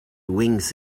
wings